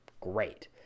great